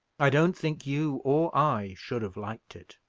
i don't think you or i should have liked it.